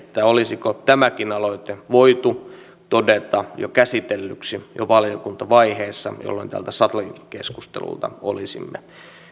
olisiko tämäkin aloite voitu todeta käsitellyksi jo valiokuntavaiheessa jolloin tältä salikeskustelulta olisimme